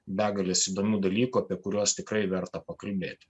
begales įdomių dalykų apie kuriuos tikrai verta pakalbėti